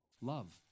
love